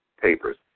papers